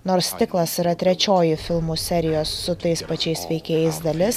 nors stiklas yra trečioji filmų serijos su tais pačiais veikėjais dalis